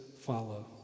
follow